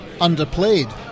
underplayed